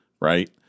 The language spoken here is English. right